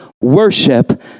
Worship